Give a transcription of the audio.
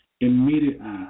immediately